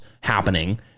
happening